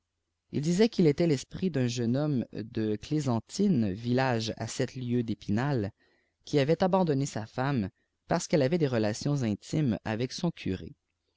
il disait quil était tesprit d'un jeune homme ae qéçeiijtii village à sept lieues d'epinal qui avait abandonjié sa femme parce qu'elle avait des relations intimes avec son curé